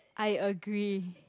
I agree